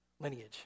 lineage